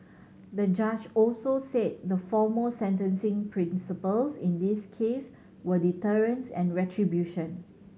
the judge also said the foremost sentencing principles in this case were deterrence and retribution